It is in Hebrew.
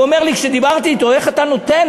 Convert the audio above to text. הוא אמר לי כששאלתו אותו: איך אתה נותן?